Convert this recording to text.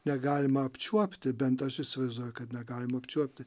negalima apčiuopti bent aš įsivaizduoju kad negalima apčiuopti